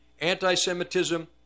anti-semitism